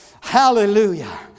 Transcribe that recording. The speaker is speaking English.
Hallelujah